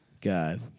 God